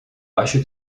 acho